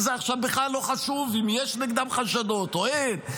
וזה עכשיו בכלל לא חשוב אם יש נגדם חשדות או אין,